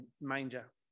manger